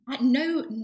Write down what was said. no